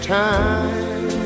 time